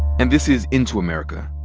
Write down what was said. and this is into america,